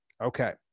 Okay